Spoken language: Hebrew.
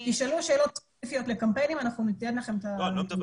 תשאלו שאלות ספציפיות לקמפיינים אנחנו ניתן לכם את הנתונים.